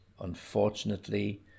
unfortunately